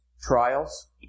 trials